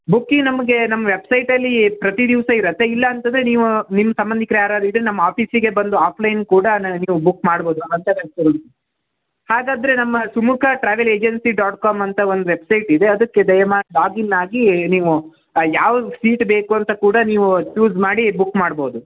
ಬುಕ್ಕಿಗೆ ನಮಗೆ ನಮ್ಮ ವೆಬ್ಸೈಟಲ್ಲಿ ಪ್ರತಿ ದಿವಸ ಇರುತ್ತೆ ಇಲ್ಲ ಅಂತಂದರೆ ನೀವು ನಿಮ್ಮ ಸಂಬಂಧಿಕ್ರು ಯಾರಾದ್ರು ಇದ್ದರೆ ನಮ್ಮ ಆಫೀಸಿಗೆ ಬಂದು ಆಫ್ಲೈನ್ ಕೂಡನು ನೀವು ಬುಕ್ ಮಾಡ್ಬೋದು ಅಂತ ಹಾಗಾದರೆ ನಮ್ಮ Sumukha travel agency dot com ಅಂತ ಒಂದು ವೆಬ್ಸೈಟ್ ಇದೆ ಅದಕ್ಕೆ ದಯಮಾಡಿ ಲಾಗಿನ್ ಆಗಿ ನೀವು ಯಾವ ಸೀಟ್ ಬೇಕು ಅಂತ ಕೂಡ ನೀವು ಚೂಸ್ ಮಾಡಿ ಬುಕ್ ಮಾಡ್ಬೋದು